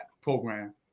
program